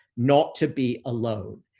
not to be alone.